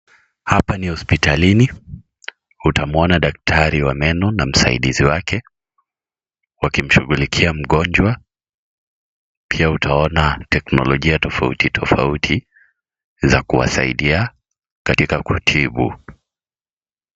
Hapa ni hospitalini. Utamwona daktari wa meno na msaidizi wake, wakimshughulikia mgonjwa. Pia utaona teknolojia tofauti tofauti za kuwasaidia katika kutibu.